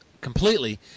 completely